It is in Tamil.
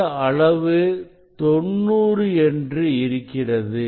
இந்த அளவு 90 என்று இருக்கிறது